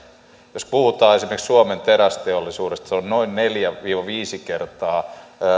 jos puhutaan esimerkiksi suomen terästeollisuudesta se on noin neljä viiva viisi kertaa